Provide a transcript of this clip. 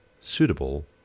suitable